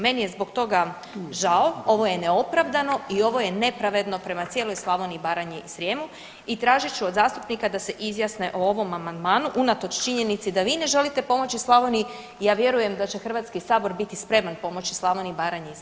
Meni je zbog toga žao, ovo je neopravdano i ovo je nepravedno prema cijeloj Slavoniji, Baranji i Srijemu i tražit ću od zastupnika da se izjasne o ovom amandmanu unatoč činjenici da vi ne želite pomoći Slavoniji, ja vjerujem da će HS biti spreman pomoći Slavoniji, Baranji i Srijemu.